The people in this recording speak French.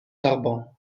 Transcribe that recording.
carbone